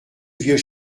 vieux